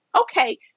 Okay